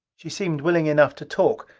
she seemed willing enough to talk.